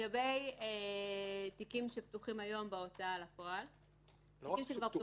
לגבי תיקים שפתוחים היום בהוצאה לפועל --- לא רק שפתוחים,